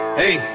hey